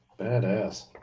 Badass